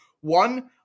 One